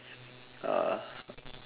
uh